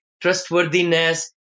trustworthiness